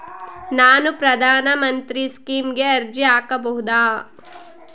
ನಾನು ಪ್ರಧಾನ ಮಂತ್ರಿ ಸ್ಕೇಮಿಗೆ ಅರ್ಜಿ ಹಾಕಬಹುದಾ?